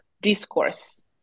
discourse